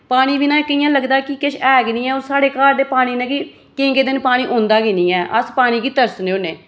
पानी बिना इक इ'यां लगदा कि किश है गै नेईं ऐ और साढ़े घर पानी केईं केईं दिन पानी औंदा गै नेईं ऐ अस पानी गी तरसने आं